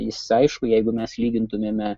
jis aišku jeigu mes lygintumėme